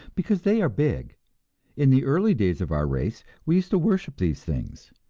because they are big in the early days of our race we used to worship these things,